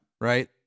right